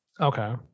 Okay